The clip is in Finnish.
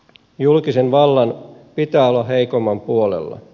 julkisen vallan pitää olla heikomman puolella